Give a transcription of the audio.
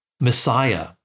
Messiah